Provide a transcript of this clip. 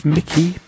Mickey